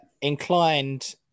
inclined